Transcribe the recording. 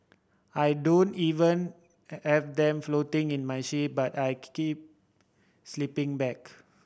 I don't even have them floating in my sheep but I keep sleeping bag